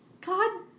God